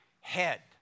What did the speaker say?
head